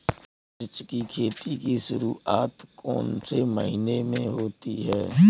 मिर्च की खेती की शुरूआत कौन से महीने में होती है?